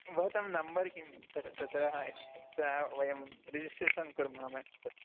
भवतां नम्बर् किं सर् तत्र वयं रिजिस्ट्रेशन् कुर्मः सत्यम्